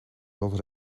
wat